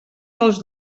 dels